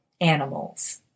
animals